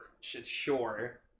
Sure